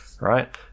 right